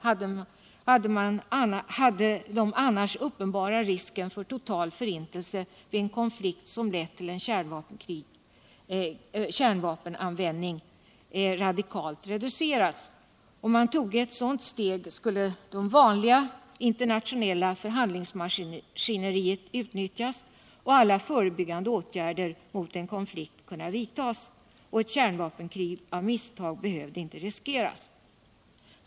hade den annars uppenbara risken för total förintelse vid en konflikt, som lewut till kärnvapenanvändning. radikalt reducerats. Om man tog ett sådant steg, skulle det vanliga internationella förhandlingsmaskineriet kunna utnyttjas och alla förebyggande åtgärder mot en konflikt kunna vidtas. Eu kärnvapenkrig av misstag behöver då inte riskeras.